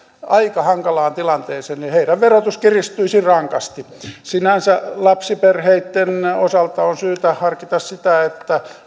aika hankalaan tilanteeseen heidän verotuksensa kiristyisi rankasti sinänsä lapsiperheitten osalta on syytä harkita sitä